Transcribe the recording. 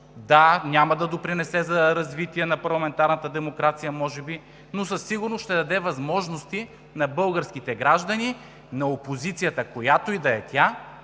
Да, няма да допринесе за развитие на парламентарната демокрация може би, но със сигурност ще даде възможности на българските граждани, на опозицията, която и да е тя,